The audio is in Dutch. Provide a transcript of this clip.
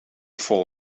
vol